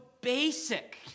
basic